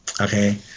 okay